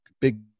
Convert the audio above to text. big